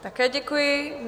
Také děkuji.